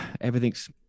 everything's